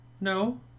No